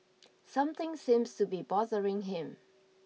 something seems to be bothering him